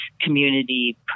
community